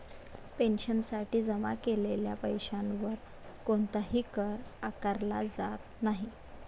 पेन्शनसाठी जमा केलेल्या पैशावर कोणताही कर आकारला जात नाही